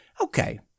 Okay